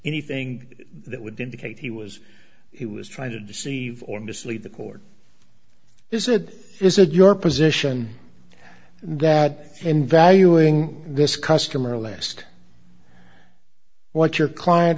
anything that would indicate he was he was trying to deceive or mislead the court is it is it your position that in valuing this customer last what your client